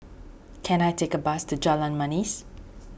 can I take a bus to Jalan Manis